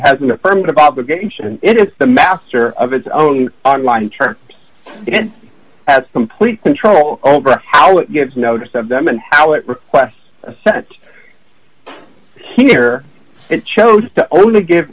has an affirmative obligation it's the master of its own online term at complete control over how it gets notice of them and how it requests sent here it chose to only give